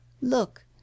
look